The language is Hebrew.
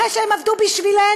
אחרי שהם עבדו בשבילנו,